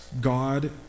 God